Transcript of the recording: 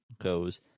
goes